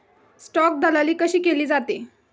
Stock दलाली कशी केली जाते?